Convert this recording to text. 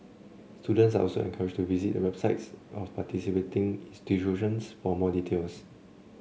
students are also encouraged to visit the websites of participating institutions for more details